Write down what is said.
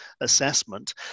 assessment